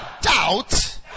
Doubt